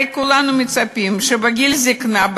הרי כולנו מצפים שבגיל זיקנה,